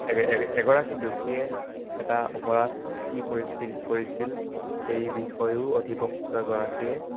এগৰাকী দোষীয়ে এটা অপৰাধ কি পৰিস্থিতিত কৰিছিল সেই বিষয়ো অধিবক্তা এগৰাকীয়ে